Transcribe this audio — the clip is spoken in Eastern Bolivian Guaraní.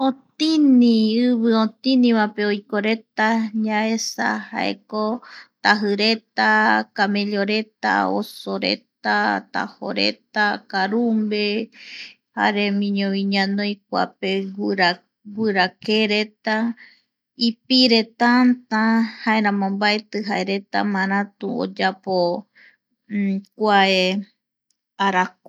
Otini ivi otiniva pe oiko reta yaesa jaeko tajireta. Camelloreta, osoreta. Tajoreta, karumbe, jaremiñovi ñanoi kuape guira guirakereta ipire täta jaeramo mbaeti jae reta maratu oyapo kuae araku.